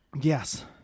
Yes